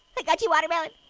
like got you, watermelon,